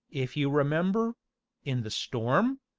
if you remember in the storm?